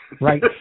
Right